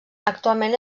actualment